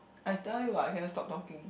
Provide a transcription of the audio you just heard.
I tell you what can you stop talking